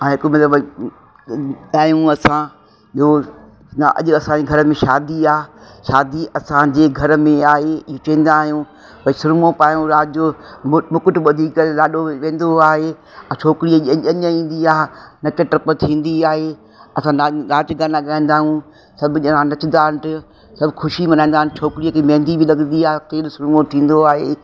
ऐं हिकु वेलो भई नचंदा आहियूं असां ॿियो अॼु असांजे घर में शादी आहे शादी असांजे घर में आहे चवंदा आहियूं वरी सुरमो पायूं राति जो मु मुकुट बधी करे लाॾो वेंदो आहे छोकिरीअ जी ईंदी आहे नच टप थींदी आहे असां नाच नाच गाना ॻाईंदा आहियूं सभु ॼणा नचंदा आहिनि सभु ख़ुशी मल्हाईंदा आहिनि छोकिरीअ खे मेंहदी बि लॻंदी आहे तेलु सुरमो थींदो आहे